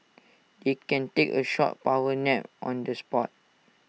they can take A short power nap on the spot